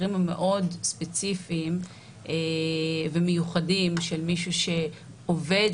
המקרים המאוד ספציפיים ומיוחדים של מישהו שעובד,